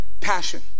Passion